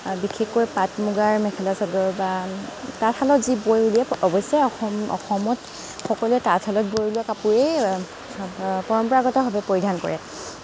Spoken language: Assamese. বিশেষকৈ পাট মুগাৰ মেখেলা চাদৰ বা তাতশালত যি বৈ ওলিয়াই অৱশ্যে অসম অসমত সকলোৱে তাতশালত বৈ ওলোৱা কাপোৰেই পৰম্পৰাগতভাৱে পৰিধান কৰে